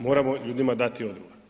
Moramo ljudima dati odgovor.